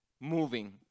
moving